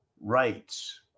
rights